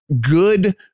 good